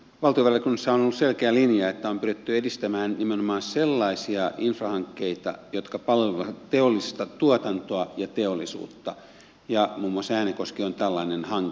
valtiovarainvaliokunnassa on ollut selkeä linja että on pyritty edistämään nimenomaan sellaisia infrahankkeita jotka palvelevat teollista tuotantoa ja teollisuutta ja muun muassa äänekoski on tällainen hanke